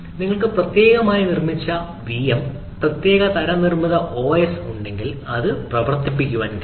നമ്മൾക്ക് പ്രത്യേകതരമായി നിർമ്മിച്ചച്ച വിഎം പ്രത്യേകതരനിർമ്മിത ഒഎസ് ഉണ്ടെങ്കിൽ അത് പ്രവർത്തിപ്പിക്കാൻ കഴിയും